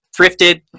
thrifted